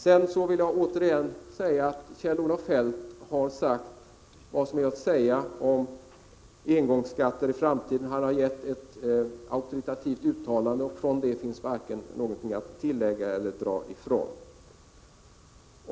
Sedan vill jag återigen framhålla att Kjell-Olof Feldt har sagt vad som är att säga om engångsskatter i framtiden. Han har gett ett auktoritativt uttalande, och det finns varken någonting att tillägga eller någonting att dra ifrån.